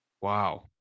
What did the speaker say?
Wow